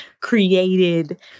created